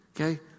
okay